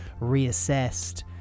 reassessed